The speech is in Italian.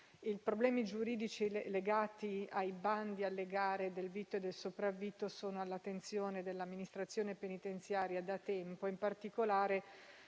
i problemi giuridici legati ai bandi e alle gare del vitto e del sopravvitto sono all'attenzione dell'amministrazione penitenziaria da tempo, in particolare